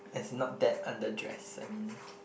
as in not that under dress I mean